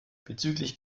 bezüglich